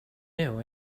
new